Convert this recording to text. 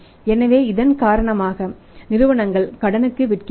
எனவே இதன் காரணமாக நிறுவனங்கள் கடனுக்கு விற்கின்றன